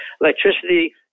electricity